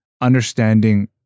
understanding